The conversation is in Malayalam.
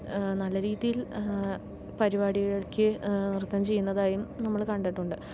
നല്ലരീതിയിൽ പരിപാടിയ്ക്ക് നൃത്തം ചെയ്യുന്നതായും നമ്മൾ കണ്ടിട്ടുണ്ട്